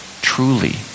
truly